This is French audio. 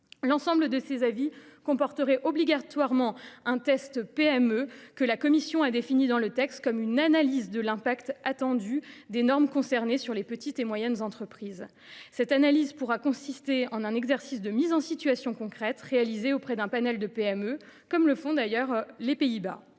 L’ensemble de ses avis comporteraient obligatoirement un test PME, que la commission a défini dans le texte comme « une analyse de l’impact attendu des normes concernées sur les petites et moyennes entreprises ». Cette analyse pourra consister en un exercice de mise en situation concrète, réalisé auprès d’un panel de PME, comme le font par exemple les Pays Bas.